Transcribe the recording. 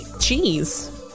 Cheese